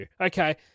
Okay